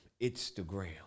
Instagram